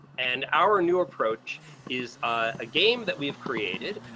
and our new approach is a game that we have created